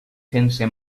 sense